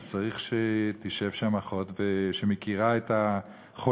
אז צריך שתשב שם אחות שמכירה את החולה,